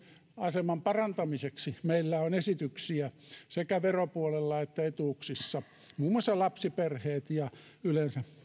aseman parantamiseksi meillä on esityksiä sekä veropuolella että etuuksissa muun muassa lapsiperheille ja yleensä